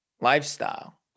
lifestyle